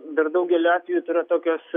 dar daugeliu atveju tai yra tokios